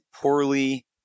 poorly